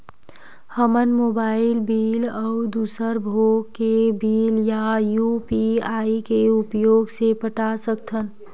हमन mobile bill अउ दूसर भोग के बिल ला यू.पी.आई के उपयोग से पटा सकथन